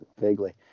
vaguely